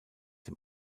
dem